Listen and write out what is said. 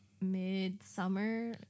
mid-summer